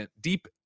deep